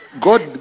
God